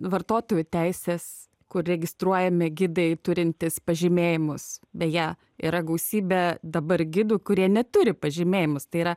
vartotojų teisės kur registruojami gidai turintys pažymėjimus beje yra gausybė dabar gidų kurie neturi pažymėjimus tai yra